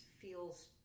feels